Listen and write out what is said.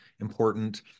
important